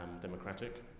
democratic